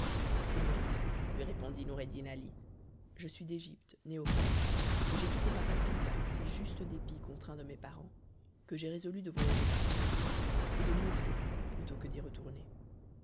seigneur lui répondit noureddin ali je suis d'égypte né au caire et j'ai quitté ma patrie par un si juste dépit contre un de mes parents que j'ai résolu de voyager par tout le monde et de mourir plutôt que d'y retourner